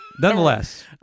Nonetheless